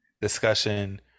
discussion